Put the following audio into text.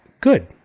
good